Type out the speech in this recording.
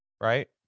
right